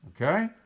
Okay